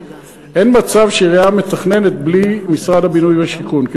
אין מצב שעירייה מתכננת בלי משרד הבינוי והשיכון.